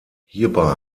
hierbei